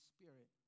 Spirit